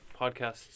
podcasts